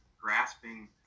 grasping